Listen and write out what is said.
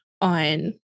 on